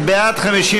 לוועדת העבודה,